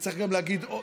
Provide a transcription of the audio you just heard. העבודה,